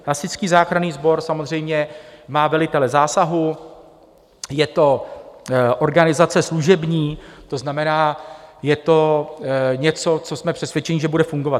Hasičský záchranný sbor samozřejmě má velitele zásahu, je to organizace služební, to znamená, je to něco, co jsme přesvědčeni, že bude fungovat.